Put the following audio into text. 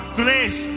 grace